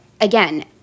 again